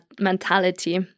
mentality